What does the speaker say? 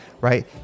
right